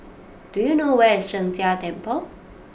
do you know where is Sheng Jia Temple